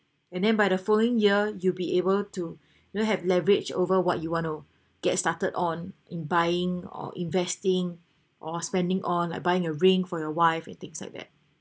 and then by the following year you'll be able to you know have leverage over what you want to get started on in buying or investing or spending on like buying a ring for your wife and things like that